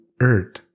earth